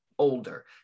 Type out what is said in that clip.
older